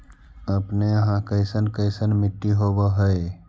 अपने यहाँ कैसन कैसन मिट्टी होब है?